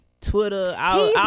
twitter